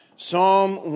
Psalm